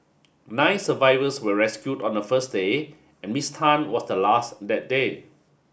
nine survivors were rescued on the first day and Miss Tan was the last that day